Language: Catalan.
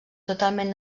totalment